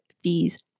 fees